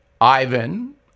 Ivan